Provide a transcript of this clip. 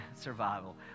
survival